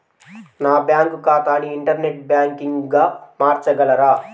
నా బ్యాంక్ ఖాతాని ఇంటర్నెట్ బ్యాంకింగ్గా మార్చగలరా?